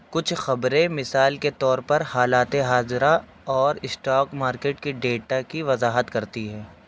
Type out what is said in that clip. کچھ خبریں مثال کے طور پر حالات حاضرہ اور اسٹاک مارکیٹ کے ڈیٹا کی وضاحت کرتی ہیں